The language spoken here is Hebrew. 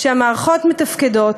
שהמערכות מתפקדות.